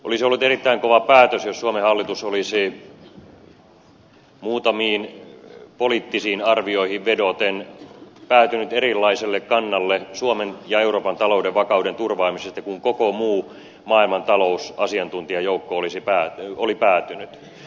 olisi ollut erittäin kova päätös jos suomen hallitus olisi muutamiin poliittisiin arvioihin vedoten päätynyt erilaiselle kannalle suomen ja euroopan talouden vakauden turvaamisesta kuin koko muu maailmantalousasiantuntijajoukko oli päätynyt